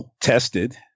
tested